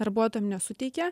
darbuotojam nesuteikia